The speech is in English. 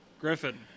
Griffin